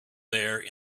there